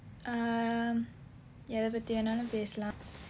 um எதை பத்தி வேணாலும் பேசலாம்:ethai pathi venaalum pesalaam